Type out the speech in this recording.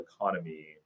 economy